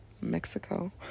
mexico